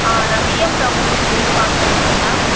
ஆ நான் விஎம் ப்ராப்பர்ட்டிஸ்லேருந்து கால் பண்ணிருக்கேன் மேம்